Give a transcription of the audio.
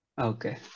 Okay